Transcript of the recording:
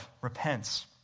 repents